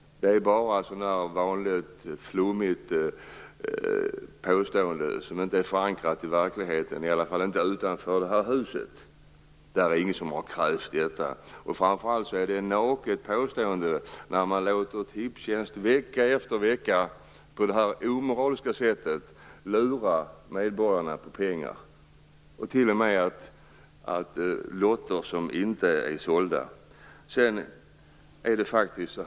Det är bara ett vanligt flummigt påstående som inte är förankrat i verkligheten - i alla fall inte utanför detta hus. Det finns ingen som har krävt detta. Framför allt blir det ett naket påstående när man låter Tipstjänst lura medborgarna på pengar på detta omoraliska sätt vecka efter vecka. Man drar t.o.m. bland lotter som inte är sålda.